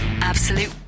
Absolute